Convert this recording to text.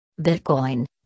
Bitcoin